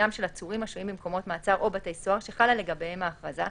של עצורים השוהים במקומות מעצר או בתי הסוהר שחלה לגביהם ההכרזה,